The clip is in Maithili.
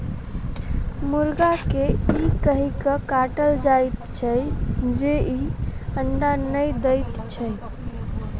मुर्गा के ई कहि क काटल जाइत छै जे ई अंडा नै दैत छै